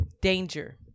danger